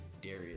Darius